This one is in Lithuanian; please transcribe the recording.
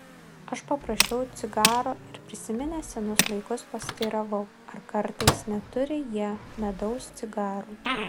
aš paprašiau cigaro ir prisiminęs senus laikus pasiteiravau ar kartais neturi jie medaus cigarų